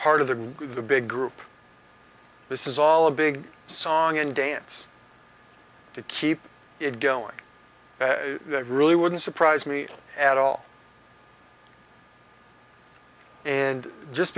part of the the big group this is all a big song and dance to keep it going that really wouldn't surprise me at all and just